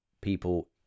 people